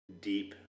deep